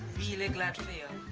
really glad for you